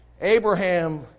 Abraham